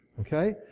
Okay